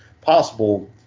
possible